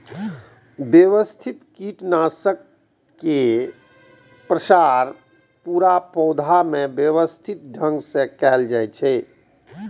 व्यवस्थित कीटनाशक के प्रसार पूरा पौधा मे व्यवस्थित ढंग सं कैल जाइ छै